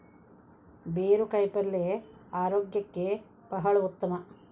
ಬೇರು ಕಾಯಿಪಲ್ಯ ಆರೋಗ್ಯಕ್ಕೆ ಬಹಳ ಉತ್ತಮ